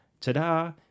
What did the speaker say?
ta-da